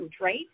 right